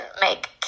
make